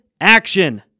action